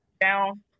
down